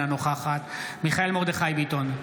אינה נוכחת מיכאל מרדכי ביטון,